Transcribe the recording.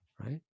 right